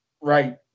right